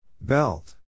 Belt